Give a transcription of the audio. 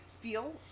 feel